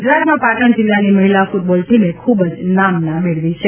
ગુજરાતમાં પાટણ જિલ્લાની મહિલા ફુટબોલ ટીમે ખૂબ જ નામના મેળવી છે